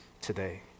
today